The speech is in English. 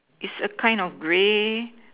is a kind of grey